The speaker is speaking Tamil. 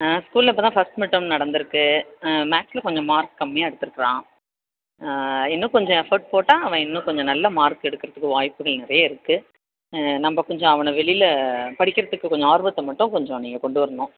ஆ ஸ்கூலில் இப்போதான் ஃபஸ்ட் மிட்டம் நடந்துருக்குது மேக்ஸில் கொஞ்சம் மார்க் கம்மியாக எடுத்துருக்கிறான் இன்னும் கொஞ்சம் எஃப்போர்ட் போட்டால் அவன் இன்னும் கொஞ்சம் நல்ல மார்க் எடுக்கிறத்துக்கு வாய்ப்புகள் நிறைய இருக்குது நம்ம கொஞ்சம் அவனை வெளியில் படிக்கிறத்துக்கு கொஞ்சம் ஆர்வத்தை மட்டும் கொஞ்சம் நீங்கள் கொண்டு வரணும்